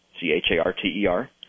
C-H-A-R-T-E-R